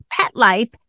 PETLIFE